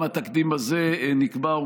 גם התקדים הזה נקבע,